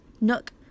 Nook